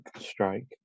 strike